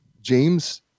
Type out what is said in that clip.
James